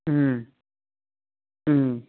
ꯎꯝ ꯎꯝ